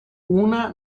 una